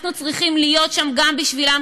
אנחנו צריכים להיות שם גם בשבילם,